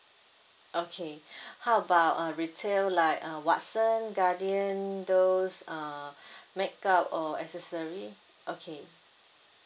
okay how about uh retail like uh watson guardian those err makeup or accessory okay